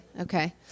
okay